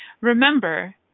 Remember